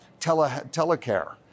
telecare